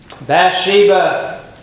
Bathsheba